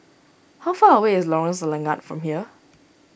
how far away is Lorong Selangat from here